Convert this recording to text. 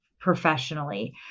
professionally